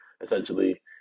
essentially